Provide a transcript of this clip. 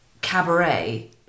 cabaret